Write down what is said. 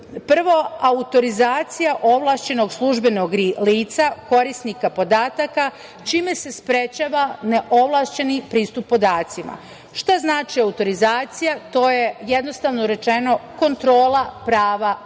Prvo, autorizacija ovlašćenog službenog lica, korisnika podataka, čime se sprečava neovlašćeni pristup podacima. Šta znači autorizacija? To je kontrola prava pristupa.